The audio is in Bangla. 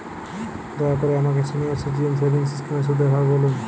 দয়া করে আমাকে সিনিয়র সিটিজেন সেভিংস স্কিমের সুদের হার বলুন